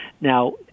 Now